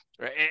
Right